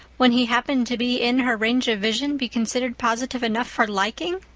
when he happened to be in her range of vision, be considered positive enough for liking?